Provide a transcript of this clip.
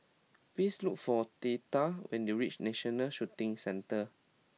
please look for Theda when you reach National Shooting Centre